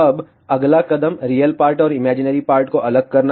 अब अगला कदम रियल पार्ट और इमैजिनरी पार्ट को अलग करना होगा